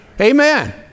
Amen